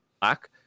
black